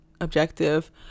objective